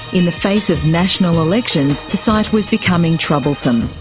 in the face of national elections the site was becoming troublesome.